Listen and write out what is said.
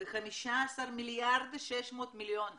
ו-15 מיליארד ו-600 מיליון כניסות.